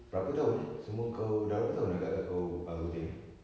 berapa tahun eh semua kau dah berapa tahun agak-agak kau ah gunting eh